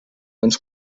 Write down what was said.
ens